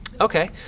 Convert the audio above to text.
okay